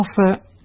offer